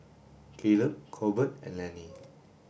Kaleb Corbett and Lennie